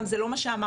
זה גם לא מה שאמרנו.